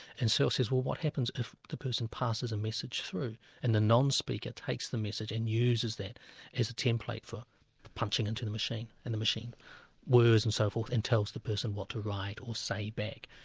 and searle says, well what happens if the person passes a message through and the non-speaker takes the message and uses that as a template for punching into the machine, and machine whirrs and so forth, and tells the person what to write, or say back.